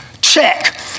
check